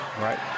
Right